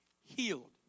healed